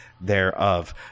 thereof